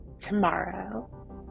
tomorrow